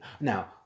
now